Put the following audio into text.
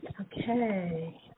Okay